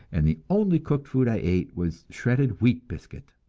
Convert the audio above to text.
and the only cooked food i ate was shredded wheat biscuit.